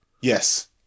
Yes